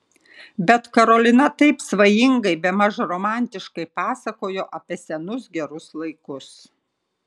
bet karolina taip svajingai bemaž romantiškai pasakojo apie senus gerus laikus